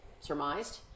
surmised